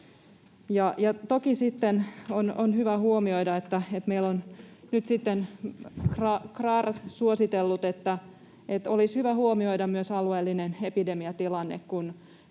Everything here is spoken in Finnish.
on hyvä huomioida, että meillä on nyt sitten KRAR suositellut, että olisi hyvä huomioida myös alueellinen epidemiatilanne,